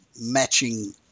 matching